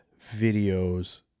videos